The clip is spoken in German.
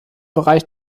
bereich